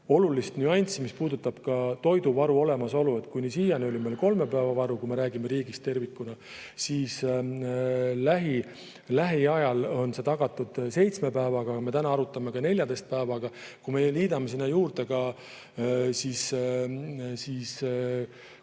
olulist nüanssi, mis puudutab ka toiduvaru olemasolu. Kuni siiani oli meil kolme päeva varu, kui me räägime riigist tervikuna, lähiajal on see tagatud seitsmeks päevaks. Me täna arutame ka 14 päeva, aga kui me liidame sinna juurde Kodutütarde